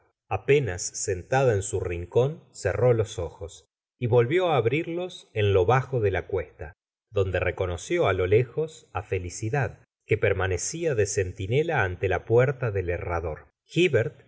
apenas sentada en su rincón cerró los ojos y volvió á abrirlos en lo bajo de la cuesta donde reco noció á lo lejos á felicidad que permanecía de centinela ante la puerta del herrador hivert